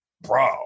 bro